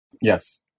Yes